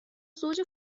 زوج